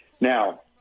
Now